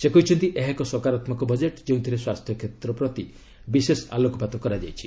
ସେ କହିଛନ୍ତି ଏହା ଏକ ସକାରାତ୍ମକ ବଜେଟ୍ ଯେଉଁଥିରେ ସ୍ୱାସ୍ଥ୍ୟକ୍ଷେତ୍ର ପ୍ରତି ବିଶେଷ ଆଲୋକପାତ କରାଯାଇଛି